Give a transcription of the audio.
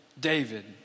David